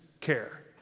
care